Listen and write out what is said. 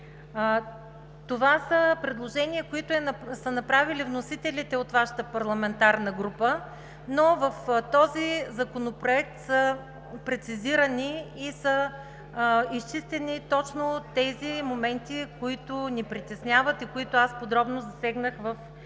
това са предложения, които са направили вносителите от Вашата парламентарна група, но в този законопроект са прецизирани и са изчистени точно тези моменти, които ни притесняват и които аз подробно засегнах в моето